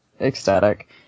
ecstatic